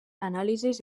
anàlisis